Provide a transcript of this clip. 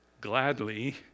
gladly